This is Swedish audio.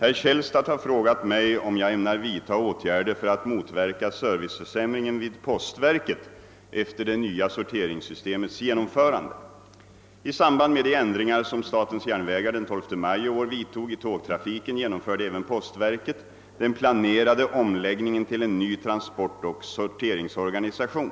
Herr Källstad har frå gat mig, om jag ämnar vidta åtgärder för att motverka serviceförsämringen vid postverket efter det nya sorteringssystemets genomförande. I samband med de ändringar som statens järnvägar den 12 maj i år vidtog i tågtrafiken genomförde även postverket den planerade omläggningen till en ny transportoch sorteringsorganisation.